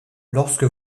lorsque